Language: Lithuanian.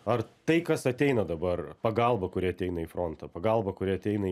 ar tai kas ateina dabar pagalba kuri ateina į frontą pagalba kuri ateina